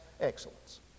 excellence